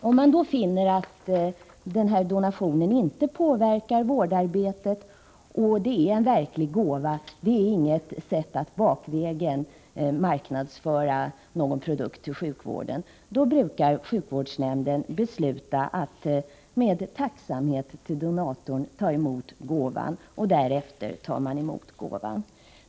Om man då finner att donationen inte påverkar vårdarbetet och att det är en verklig gåva — inte något sätt att bakvägen marknadsföra någon produkt inom sjukvården — brukar sjukvårdsnämnden besluta att med tacksamhet mot donatorn ta emot gåvan. Därefter tar man alltså emot gåvan.